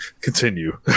Continue